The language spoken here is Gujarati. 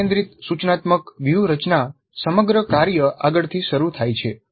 કાર્ય કેન્દ્રિત સૂચનાત્મક વ્યૂહરચના સમગ્ર કાર્ય આગળથી શરૂ થાય છે